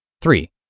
Three